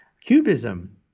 cubism